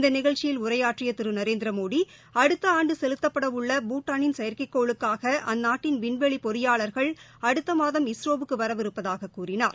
இந்த நிகழ்ச்சியில் உரையாற்றி திரு நரேந்திரமோடி அடுத்த ஆண்டு செலுத்தப்பட உள்ள பூட்டானின் செயற்கைக் கோளுக்காக அந்நாட்டின் விண்வெளி பொறியாளர்கள் அடுத்த மாதம் இஸ்ரோ வுக்கு வரவிருப்பதாகக் கூறினார்